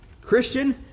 Christian